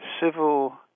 civil